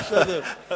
זה בסדר.